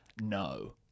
No